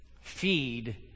Feed